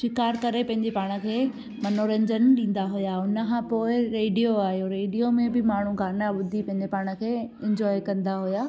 शिकार करे पंहिंजे पाण खे मनोरंजन ॾींदा हुआ उन खां पोइ रेडियो आहियो रेडियो में बि माण्हू गाना ॿुधी पंहिंजो पाण खे इंजॉए कंदा हुआ